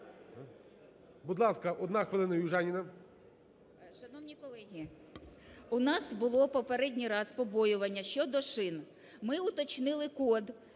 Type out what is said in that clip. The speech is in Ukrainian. Шановні колеги, у нас було попередній раз побоювання щодо шин. Ми уточнили код,